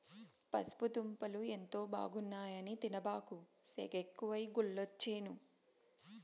పసుపు దుంపలు ఎంతో బాగున్నాయి అని తినబాకు, సెగెక్కువై గుల్లవచ్చేను